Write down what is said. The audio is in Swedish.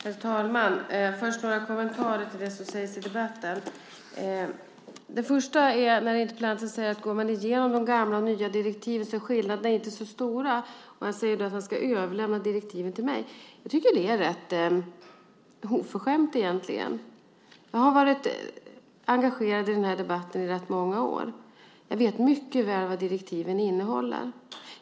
Herr talman! Först har jag några kommentarer till det som sägs i debatten. Interpellanten säger att man, om man går igenom de gamla och nya direktiven, ser att skillnaderna inte är så stora. Och han säger då att han ska överlämna direktiven till mig. Jag tycker egentligen att det är rätt oförskämt. Jag har varit engagerad i den här debatten i rätt många år. Jag vet mycket väl vad direktiven innehåller.